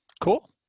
Cool